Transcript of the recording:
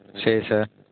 சரி சார்